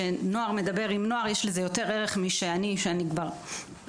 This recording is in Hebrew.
שכשנוער מדבר עם נוער יש לזה הרבה יותר ערך מאשר אני אתן הרצאה,